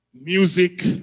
Music